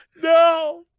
No